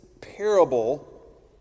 parable